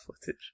footage